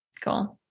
Cool